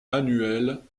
annuelle